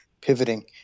pivoting